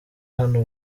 hano